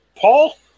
Paul